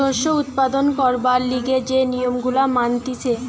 শস্য উৎপাদন করবার লিগে যে নিয়ম গুলা মানতিছে